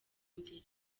nzira